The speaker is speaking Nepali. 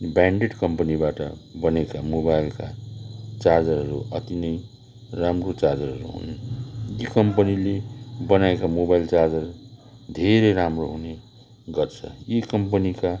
ब्रान्डेड कम्पनीबाट बनेका मोबाइलका चार्जरहरू अति नै राम्रो चार्जरहरू हुन् यी कमम्पनीले बनाएको मोबाइल चार्जर धेरै राम्रो हुने गर्छ यी कम्पनीका